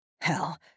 Hell